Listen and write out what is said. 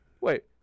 Wait